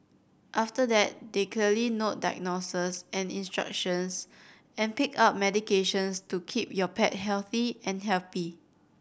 after that they note diagnoses and instructions and pick up medications to keep your pet healthy and happy